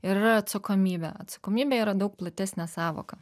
ir yra atsakomybė atsakomybė yra daug platesnė sąvoka